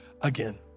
again